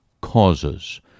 causes